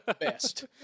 Best